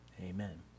amen